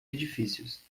edifícios